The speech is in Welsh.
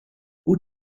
wyt